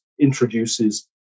introduces